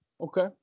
Okay